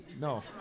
No